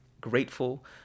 grateful